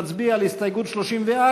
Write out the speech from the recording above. נצביע על הסתייגות 34